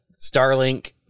Starlink